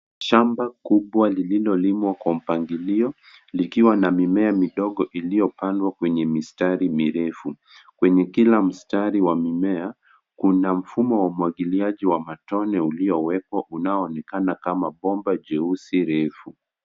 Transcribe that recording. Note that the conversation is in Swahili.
Shamba kubwa lililolimwa kwa mpangilio, likiwa na mimea midogo iliyopandwa kwenye mistari mirefu. Kwenye kila mstari wa mimea, kuna mfumo wa umwagiliaji wa matone uliowekwa, unaoonekana kama bomba jeusi refu.